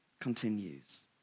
continues